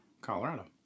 Colorado